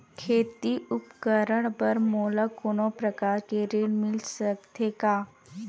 खेती उपकरण बर मोला कोनो प्रकार के ऋण मिल सकथे का?